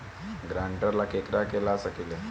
ग्रांतर ला केकरा के ला सकी ले?